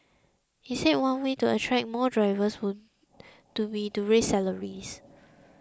he said one way to attract more drivers would to be to raise salaries